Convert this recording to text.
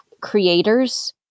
creators